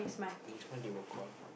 next month they will call